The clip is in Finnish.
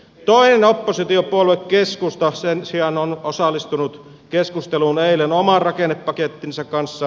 toinen oppositiopuolue keskusta sen sijaan on osallistunut keskusteluun eilen oman rakennepakettinsa kanssa